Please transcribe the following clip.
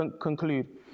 conclude